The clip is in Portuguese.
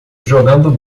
jogando